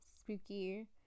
spooky